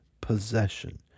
possession